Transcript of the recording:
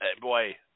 boy